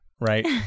right